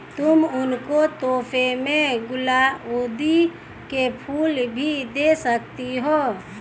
तुम उनको तोहफे में गुलाउदी के फूल भी दे सकती हो